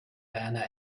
werner